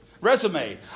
Resume